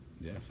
Yes